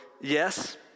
yes